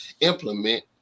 implement